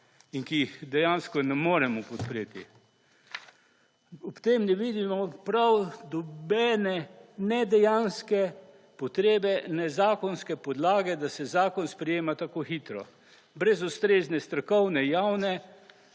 in ki jih dejansko ne moremo podpreti. Ob tem ne vidimo prav nobene ne dejanske potrebe ne zakonske podlage, da se zakon sprejema tako hitro, brez ustrezne strokovne javne